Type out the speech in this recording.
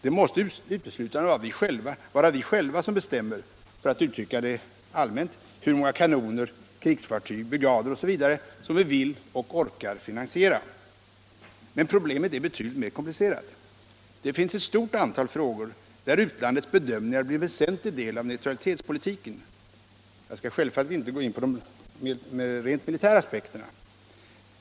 Det måste uteslutande vara vi själva som bestämmer — för att uttrycka det allmänt — hur många kanoner, krigsfartyg, brigader osv. vi vill och orkar finansiera. Men problemet är betydligt mer komplicerat. Det finns ett stort antal frågor, där utlandets bedömningar blir en väsentlig del av neutralitetspolitiken. Jag skall självfallet inte gå in på de rent militära aspekterna.